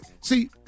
see